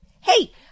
Hey